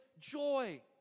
joy